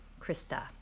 Krista